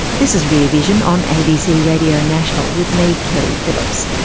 this is rear vision on abc radio national with me, keri phillips.